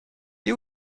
you